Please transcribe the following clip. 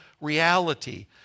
reality